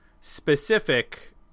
specific